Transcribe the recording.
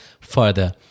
further